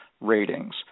ratings